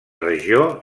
regió